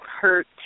hurt